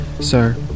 Sir